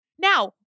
Now